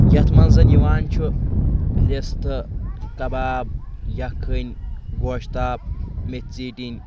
یَتھ منٛز یِوان چھُ رِستہٕ کَباب یَکھٕنۍ گۄشتاب میٚتھ ژیٖٹِنۍ